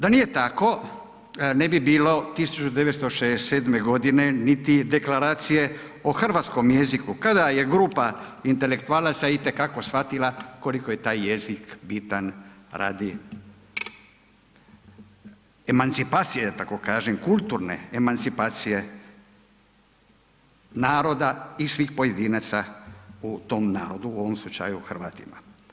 Da nije tako, ne bi bilo 1967. godine niti Deklaracije o hrvatskom jeziku, kada je grupa intelektualaca i te kako shvatila koliko je taj jezik bitan radi emancipacije, da tako kažem, kulturne emancipacije naroda i svih pojedinaca u tom narodu, u ovom slučaju Hrvatima.